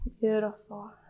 Beautiful